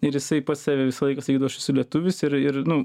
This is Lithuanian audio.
ir jisai pats save visą laiką sakydavo aš esu lietuvis ir ir nu